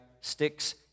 sticks